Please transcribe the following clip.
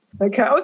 Okay